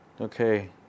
Okay